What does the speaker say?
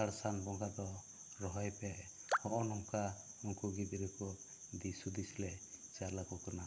ᱟᱥᱟᱲ ᱥᱟᱱ ᱵᱚᱸᱜᱟ ᱫᱚ ᱨᱚᱦᱚᱭ ᱯᱮ ᱱᱚᱜᱼᱚᱭ ᱱᱚᱝᱠᱟ ᱩᱱᱠᱩ ᱜᱤᱫᱽᱨᱟᱹ ᱠᱚ ᱫᱤᱥ ᱦᱩᱫᱤᱥ ᱞᱮ ᱪᱟᱞ ᱟᱠᱚ ᱠᱟᱱᱟ